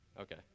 Okay